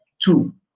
Two